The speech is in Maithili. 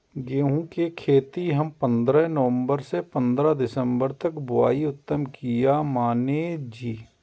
गेहूं के खेती हम पंद्रह नवम्बर से पंद्रह दिसम्बर तक बुआई उत्तम किया माने जी?